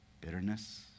Bitterness